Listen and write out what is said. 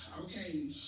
okay